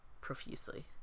profusely